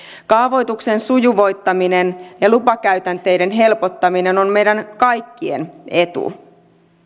kaavoituksen sujuvoittaminen ja lupakäytänteiden helpottaminen on meidän kaikkien etu